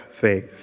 faith